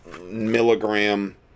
milligram